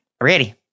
Ready